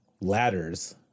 ladders